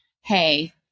hey